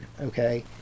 okay